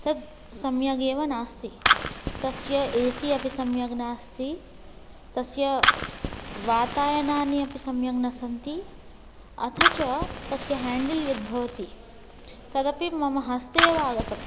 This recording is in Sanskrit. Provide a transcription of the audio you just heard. तद् सम्यगेव नास्ति तस्य एसि अपि सम्यग् नास्ति तस्य वातायनानि अपि सम्यक् न सन्ति अथ च तस्य ह्यान्डल् यद् भवति तदपि मम हस्ते वा आगतम्